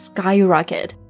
Skyrocket